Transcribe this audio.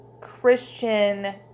Christian